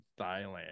Thailand